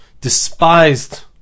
despised